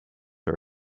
are